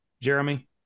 Jeremy